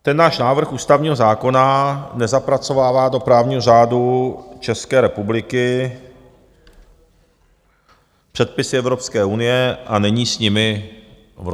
Ten náš návrh ústavního zákona nezapracovává do právního řádu České republiky předpisy Evropské unie a není s nimi v rozporu.